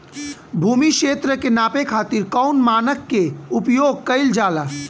भूमि क्षेत्र के नापे खातिर कौन मानक के उपयोग कइल जाला?